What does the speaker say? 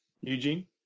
Eugene